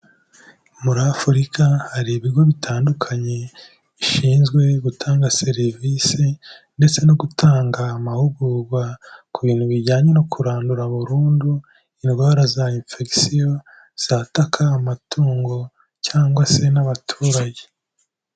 Muri afurika hari ibigo bitandukanye, bishinzwe gutanga serivisi ndetse no gutanga amahugurwa ku bintu bijyanye no kurandura burundu indwara za infection, zataka amatungo cyangwa se n'abaturage.